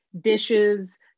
dishes